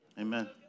Amen